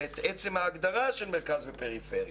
אלא את עצם ההגדרה של מרכז ופריפריה